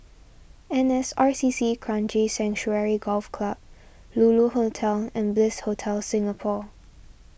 N S R C C Kranji Sanctuary Golf Club Lulu Hotel and Bliss Hotel Singapore